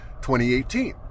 2018